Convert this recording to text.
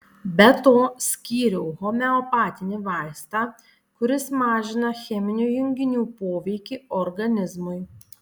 be to skyriau homeopatinį vaistą kuris mažina cheminių junginių poveikį organizmui